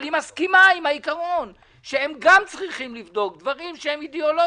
אבל היא מסכימה עם העיקרון שהם גם צריכים לבדוק דברים שהם אידיאולוגיים,